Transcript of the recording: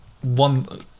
one